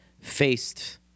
faced